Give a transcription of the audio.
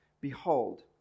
Behold